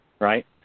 right